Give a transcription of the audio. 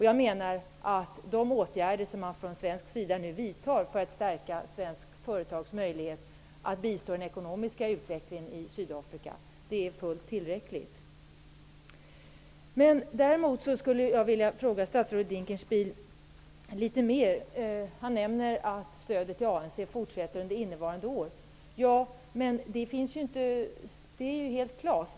Jag menar att de åtgärder som vidtas från svensk sida för att stärka svenska företags möjligheter att bistå i den ekonomiska utvecklingen i Sydafrika är fullt tillräckliga. Däremot vill jag fråga statsrådet Dinkelspiel om något annat. Han nämner att stödet till ANC fortsätter under innevarande år. Ja, det är helt klart.